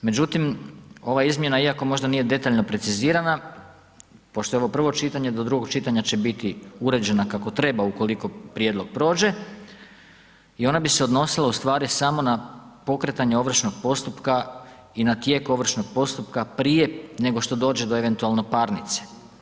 Međutim, ova izmjena iako nije možda detaljno precizirana pošto je ovo prvo čitanje, do drugog čitanja će biti uređena kako treba ukoliko prijedlog prođe i ona bi se odnosila u stvari na pokretanje ovršnog postupka i na tijek ovršnog postupka prije nego što dođe do eventualno parnice.